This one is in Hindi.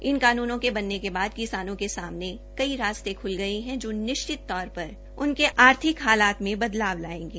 इन कानूनों के बनने के बाद किसानों के सामने कई रास्ते ख्ल गए हैं जो निश्चित तौर पर उनके आर्थिक हालात में बदलाव लाएंगे